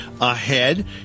ahead